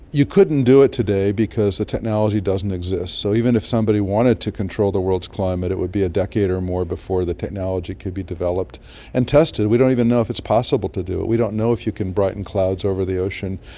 you couldn't do it today because the technology doesn't exist. so even if somebody wanted to control the world's climate it would be a decade or more before the technology could be developed and tested. we don't even know if it's possible to do it, we don't know if you can brighten clouds over the ocean.